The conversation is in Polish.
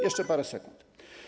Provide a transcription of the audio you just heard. Jeszcze parę sekund.